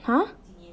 !huh!